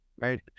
right